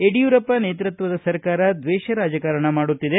ಯಡಿಯೂರಪ್ಪ ನೇತೃತ್ವದ ಸರ್ಕಾರ ದ್ವೇಷ ರಾಜಕಾರಣ ಮಾಡುತ್ತಿದೆ